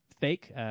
fake